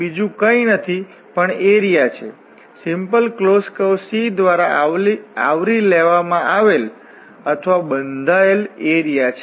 તેથી sin 2t જે ફરીથી cos 2t આપશે અને પછી ઉપરની લિમિટ નીચેની લિમિટ જે 0 થશે તેથી આપણી પાસે અહીં જવાબ ફક્ત 2π છે